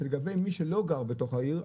שלגבי מי שלא גר בתוך העיר,